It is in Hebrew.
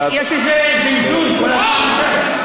יש איזה זמזום כל הזמן.